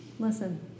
listen